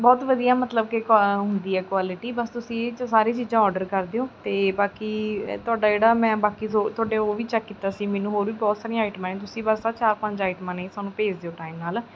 ਬਹੁਤ ਵਧੀਆ ਮਤਲਬ ਕਿ ਕ ਹੁੰਦੀ ਹੈ ਕੁਆਲਿਟੀ ਬਸ ਤੁਸੀਂ ਇਹ 'ਚ ਸਾਰੀਆਂ ਚੀਜ਼ਾਂ ਓਡਰ ਕਰ ਦਿਓ ਅਤੇ ਬਾਕੀ ਤੁਹਾਡਾ ਜਿਹੜਾ ਮੈਂ ਬਾਕੀ ਥੋ ਤੁਹਾਡੇ ਉਹ ਵੀ ਚੈੱਕ ਕੀਤਾ ਸੀ ਮੈਨੂੰ ਹੋਰ ਵੀ ਬਹੁਤ ਸਾਰੀਆਂ ਆਈਟਮਾਂ ਹੈ ਤੁਸੀਂ ਬਸ ਆਹ ਚਾਰ ਪੰਜ ਆਈਟਮਾਂ ਨੇ ਸਾਨੂੰ ਭੇਜ ਦਿਓ ਟਾਈਮ ਨਾਲ